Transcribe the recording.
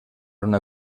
una